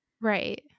Right